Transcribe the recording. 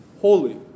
holy